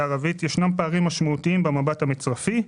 הערבית נראה פערים משמעותיים במבט המצרפי.